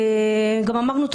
אמרנו,